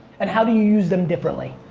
and how do you use them differently?